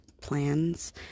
plans